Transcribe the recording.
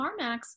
CarMax